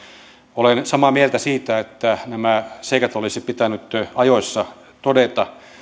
olen samaa mieltä siitä että nämä seikat olisi pitänyt todeta ajoissa